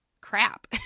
crap